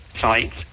sites